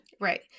Right